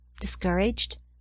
discouraged